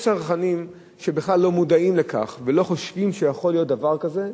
יש צרכנים שבכלל לא מודעים לכך ולא חושבים שיכול להיות דבר כזה,